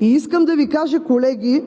Искам да Ви кажа, колеги,